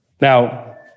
Now